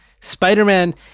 Spider-Man